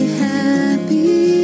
happy